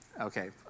Okay